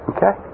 Okay